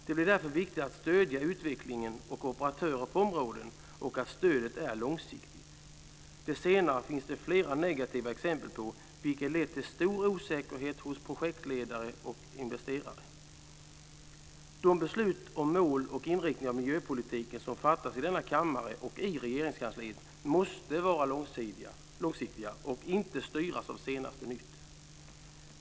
Det är därför viktigt att stödja utvecklingen och operatörer på området och att stödet är långsiktigt. Det finns flera negativa exempel på när det senare inte varit fallet, vilket lett till stor osäkerhet hos projektledare och investerare. De beslut om mål och inriktning av miljöpolitiken som fattas här i kammaren och i Regeringskansliet måste vara långsiktiga och inte styras av senaste nytt.